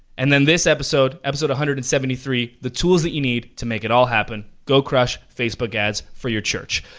and then this episode, episode one hundred and seventy three, the tools that you need to make it all happen. go crush facebook ads for your church.